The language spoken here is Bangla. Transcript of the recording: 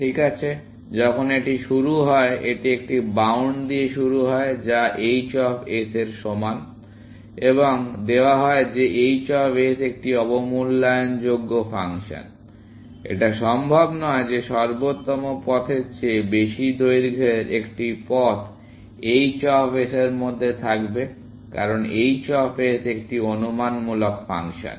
ঠিক আছে যখন এটি শুরু হয় এটি একটি বাউন্ড দিয়ে শুরু হয় যা h অফ s এর সমান এবং দেওয়া হয় যে h অফ s একটি অবমূল্যায়ন যোগ্য ফাংশন এটা সম্ভব নয় যে সর্বোত্তম পথের চেয়ে বেশি দৈর্ঘ্যের একটি পথ h অফ s এর মধ্যে থাকবে কারণ h অফ s একটি অনুমানমূলক ফাংশন